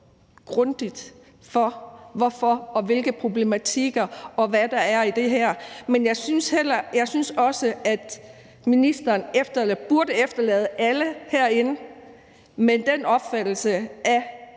grundigt for hvorfor, og hvilke problematikker der er, og hvad der er i det her, men jeg synes også, at det, ministeren sagde, burde efterlade alle herinde med den opfattelse, at